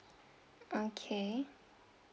okay